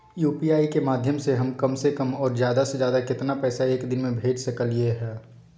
UPI के माध्यम से हम कम से कम और ज्यादा से ज्यादा केतना पैसा एक दिन में भेज सकलियै ह?